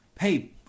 Hey